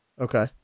Okay